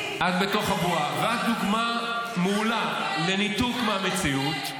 --- ואת דוגמה מעולה לניתוק מהמציאות.